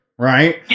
Right